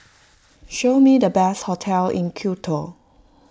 show me the best hotels in Quito